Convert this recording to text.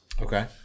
Okay